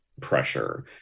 pressure